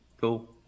cool